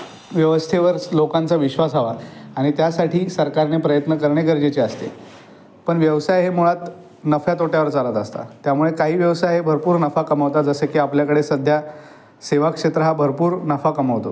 व्यवस्थेवरच लोकांचा विश्वास हवा आणि त्यासाठी सरकारने प्रयत्न करणे गरजेचे असते पण व्यवसाय हे मुळात नफ्यातोट्यावर चालत असतात त्यामुळे काही व्यवसाय भरपूर नफा कमवतात जसे की आपल्याकडे सध्या सेवाक्षेत्र हा भरपूर नफा कमवतो